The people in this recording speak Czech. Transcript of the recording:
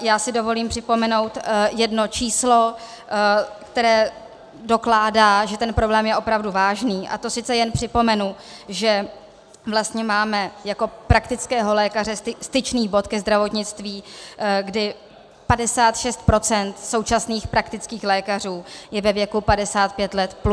Já si dovolím připomenout jedno číslo, které dokládá, že ten problém je opravdu vážný, a to jen připomenu, že vlastně máme jako praktického lékaře styčný bod ke zdravotnictví, kdy 56 % současných praktických lékařů je ve věku 55 let plus.